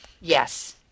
Yes